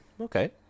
okay